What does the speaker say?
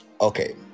okay